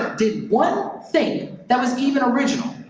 did one thing that was even original.